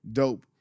dope